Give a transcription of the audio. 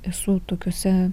esu tokiose